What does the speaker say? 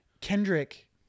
Kendrick